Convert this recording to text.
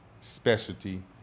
specialty